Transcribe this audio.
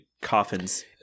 coffins